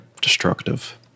destructive